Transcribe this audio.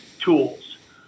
tools